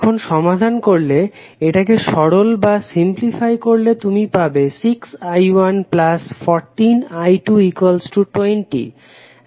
এখন সমাধান করলে এটাকে সরল করলে তুমি পাবে 6i114i220